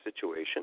situation